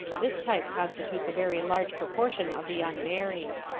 this type constitutes a very large proportion of the unmarried.